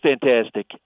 fantastic